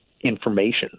information